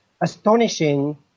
astonishing